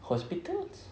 hospitals